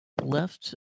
left